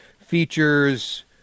features